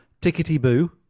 tickety-boo